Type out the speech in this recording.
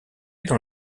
dans